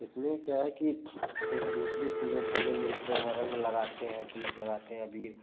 इसमें क्या है कि एक दूसरे से लोग गले मिलते हैं रंग लगाते हैं तिलक लगाते हैं अबीर